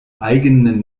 eigenen